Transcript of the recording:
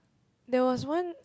there was one